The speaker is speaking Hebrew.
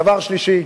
דבר נוסף,